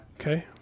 Okay